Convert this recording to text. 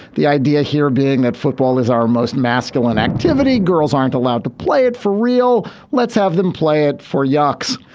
the idea here being that football is our most masculine activity girls aren't allowed to play it for real. let's have them play it for yuks.